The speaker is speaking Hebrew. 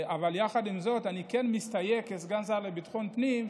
אבל עם זאת אני כן מסתייג כסגן שר לביטחון פנים,